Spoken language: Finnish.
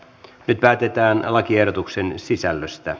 nyt päätetään lakiehdotuksen sisällöstä